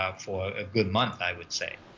um for a good month, i would say.